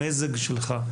המזג שלך,